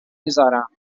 میزارم